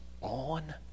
on